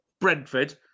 Brentford